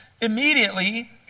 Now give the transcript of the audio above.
Immediately